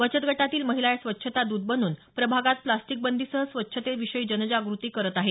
बचत गटातील महिला या स्वच्छता द्रत बनून प्रभागांत प्लास्टिक बंदीसह स्वच्छतेविषयी जनजागृती करत आहेत